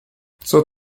zur